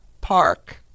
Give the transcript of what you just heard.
Park